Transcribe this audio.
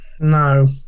No